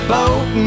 boat